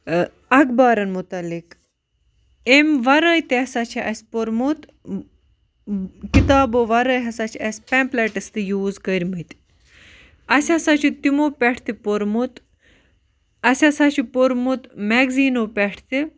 اَخبارَن مُتعلِق امہِ وَرٲے تہِ ہَسا چھُ اَسہِ پوٚرمُت کِتابو وَرٲے ہَسا چھُ اَسہِ پیمپلیٹٕس تہِ یوٗز کٔرمٕتۍ اَسہِ ہَسا چھ تِمو پٮ۪ٹھ تہِ پوٚرمُت اَسہِ ہَسا چھ پوٚرمُت میگزیٖنَو پٮ۪ٹھ تہِ